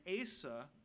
Asa